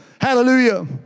hallelujah